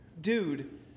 dude